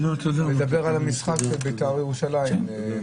לדבר על המשחק של בית"ר ירושלים.